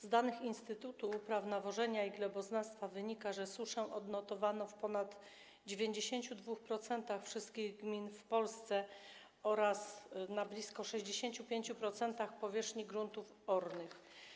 Z danych Instytutu Uprawy Nawożenia i Gleboznawstwa wynika, że suszę odnotowano w ponad 92% wszystkich gmin w Polsce oraz na blisko 65% powierzchni gruntów ornych.